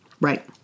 Right